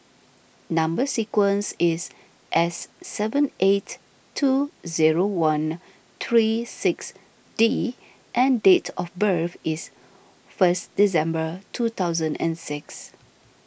Number Sequence is S seven eight two zero one three six D and date of birth is first December two thousand and six